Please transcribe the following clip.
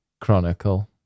Chronicle